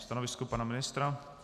Stanovisko pana ministra?